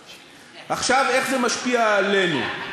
עכשיו, איך זה משפיע עלינו?